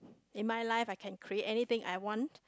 in my life I can create anything I want